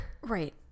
Right